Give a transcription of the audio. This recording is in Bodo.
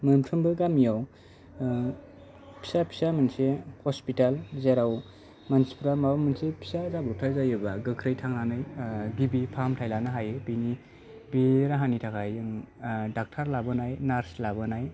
मोनफ्रोमबो गामियाव फिसा फिसा मोनसे हस्पिताल जेराव मानसिफोरा माबा मोनसे फिसा जाब्र'बथाइ जायोब्ला गोख्रै थांनानै गिबि फाहामथाय लानो हायो बेनि बे राहानि थाखाय जों डक्टर लाबोनाय नार्स लाबोनाय